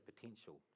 potential